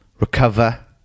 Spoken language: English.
Recover